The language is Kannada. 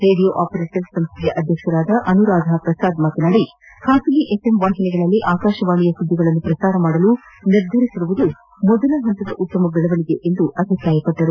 ರೇಡಿಯೋ ಆಪರೇಟರ್ ಸಂಸ್ನೆಯ ಅಧ್ಯಕ್ಷ ಅನುರಾಧ ಪ್ರಸಾದ್ ಮಾತನಾಡಿ ಖಾಸಗಿ ಎಫ್ಎಂ ವಾಹಿನಿಗಳಲ್ಲಿ ಆಕಾಶವಾಣಿಯ ಸುದ್ದಿಗಳನ್ನು ಪ್ರಸಾರ ಮಾಡಲು ನಿರ್ಧರಿಸಿರುವುದು ಮೊದಲನೆ ಹಂತದ ಉತ್ತಮ ಬೆಳವಣಿಗೆ ಎಂದರು